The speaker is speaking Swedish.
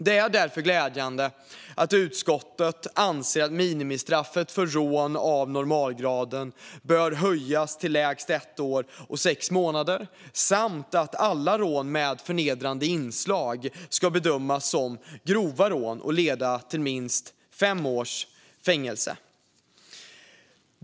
Det är därför glädjande att utskottet anser att minimistraffet för rån av normalgraden bör höjas till lägst ett år och sex månader samt att alla rån med förnedrande inslag ska bedömas som grova rån och leda till minst fem års fängelse.